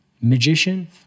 magician